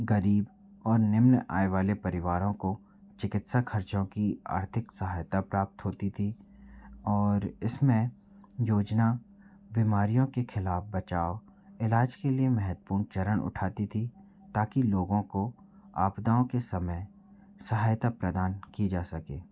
गरीब और निम्न आय वाले परिवारों को चिकित्सा खर्चों की आर्थिक सहायता प्राप्त होती थी और इसमें योजना बीमारियों के खिलाफ बचाव इलाज के लिए महत्वपूर्ण चरण उठाती थी ताकि लोगों को आपदाओं के समय सहायता प्रदान की जा सके